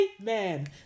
Amen